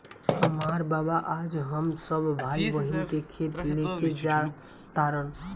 हामार बाबा आज हम सब भाई बहिन के खेत लेके जा तारन